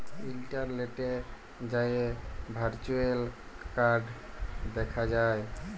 ইলটারলেটে যাঁয়ে virtual card দ্যাখা যায়